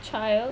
child